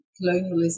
colonialism